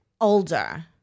older